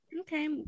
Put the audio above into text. Okay